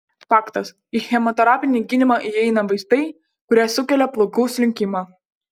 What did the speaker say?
faktas į chemoterapinį gydymą įeina vaistai kurie sukelia plaukų slinkimą